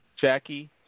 Jackie